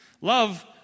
Love